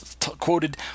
quoted